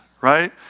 right